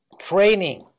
Training